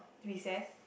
recess